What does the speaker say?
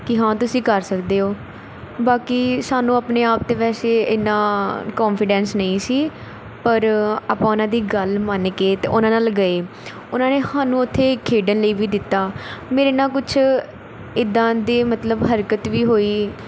ਕਿ ਹਾਂ ਤੁਸੀਂ ਕਰ ਸਕਦੇ ਹੋ ਬਾਕੀ ਸਾਨੂੰ ਆਪਣੇ ਆਪ 'ਤੇ ਵੈਸੇ ਇੰਨਾ ਕੌਨਫੀਡੈਂਸ ਨਹੀਂ ਸੀ ਪਰ ਆਪਾਂ ਉਹਨਾਂ ਦੀ ਗੱਲ ਮੰਨ ਕੇ ਅਤੇ ਉਹਨਾਂ ਨਾਲ਼ ਗਏ ਉਹਨਾਂ ਨੇ ਸਾਨੂੰ ਉੱਥੇ ਖੇਡਣ ਲਈ ਵੀ ਦਿੱਤਾ ਮੇਰੇ ਨਾਲ ਕੁਛ ਇੱਦਾਂ ਦੇ ਮਤਲਬ ਹਰਕਤ ਵੀ ਹੋਈ